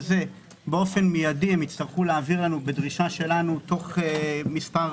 באופן מיידי הם יצטרכו להעביר לנו בדרישה שלנו תוך מספר